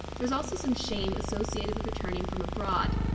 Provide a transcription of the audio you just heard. there's also some shame associated with returning from abroad.